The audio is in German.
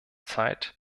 zeit